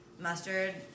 mustard